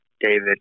David